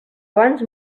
abans